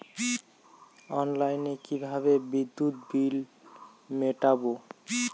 অনলাইনে কিভাবে বিদ্যুৎ বিল মেটাবো?